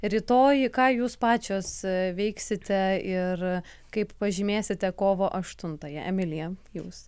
rytoj ką jūs pačios veiksite ir kaip pažymėsite kovo aštuntąją emilija jūs